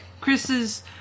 Chris's